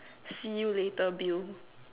see you later Bill